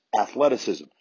athleticism